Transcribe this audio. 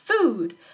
food